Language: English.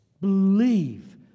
believe